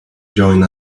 join